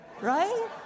right